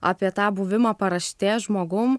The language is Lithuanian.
apie tą buvimo paraštės žmogum